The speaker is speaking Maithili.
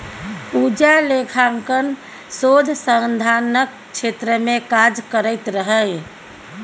पूजा लेखांकन शोध संधानक क्षेत्र मे काज करैत रहय